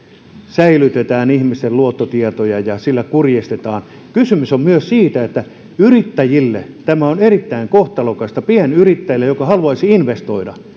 säilytetään ihmisten luottotietoja ja sillä kurjistetaan kysymys on myös siitä että yrittäjille tämä on erittäin kohtalokasta pienyrittäjälle joka haluaisi investoida